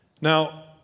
Now